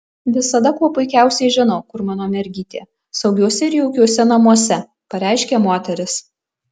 visada kuo puikiausiai žinau kur mano mergytė saugiuose ir jaukiuose namuose pareiškė moteris